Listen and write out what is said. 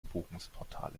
buchungsportale